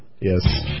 Yes